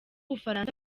bufaransa